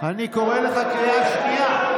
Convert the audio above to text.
אני קורא אותך בקריאה שנייה.